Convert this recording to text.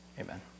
Amen